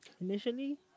initially